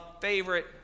favorite